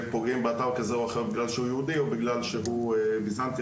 פוגעים באתר כזה או אחר בגלל שהוא יהודי או בגלל שהוא ביזנטי,